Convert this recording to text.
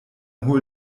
hol